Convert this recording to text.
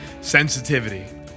sensitivity